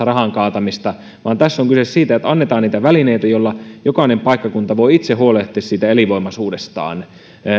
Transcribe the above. rahan kaatamisesta vaan tässä on kyse siitä että mahdollistetaan ja annetaan niitä välineitä joilla jokainen paikkakunta voi itse huolehtia elinvoimaisuudestaan